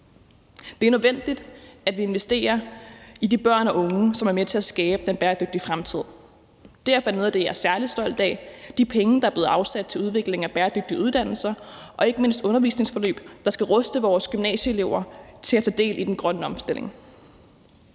Det er nødvendigt, at vi investerer i de børn og unge, som er med til at skabe den bæredygtige fremtid, og derfor er noget af det, jeg er særlig stolt af, de penge, der er blevet afsat til udvikling af bæredygtige uddannelser og ikke mindst undervisningsforløb, der skal ruste vores gymnasieelever til at tage del i den grønne omstilling.